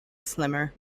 slimmer